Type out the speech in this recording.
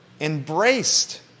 embraced